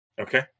Okay